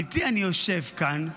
אני יושב כאן,